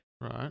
Right